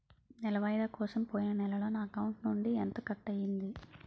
నెల వాయిదా కోసం పోయిన నెలలో నా అకౌంట్ నుండి ఎంత కట్ అయ్యింది?